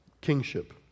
kingship